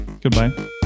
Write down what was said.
Goodbye